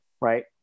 right